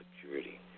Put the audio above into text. security